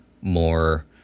more